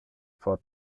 for